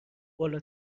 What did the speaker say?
بالا